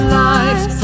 lives